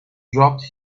dropped